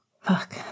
Fuck